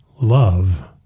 love